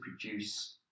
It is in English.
produce